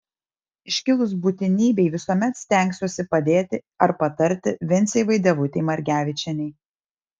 iškilus būtinybei visuomet stengsiuosi padėti ar patarti vincei vaidevutei margevičienei